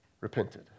repented